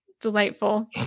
delightful